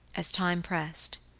as time pressed,